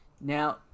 Now